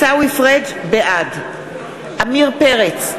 בעד עמיר פרץ,